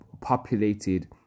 populated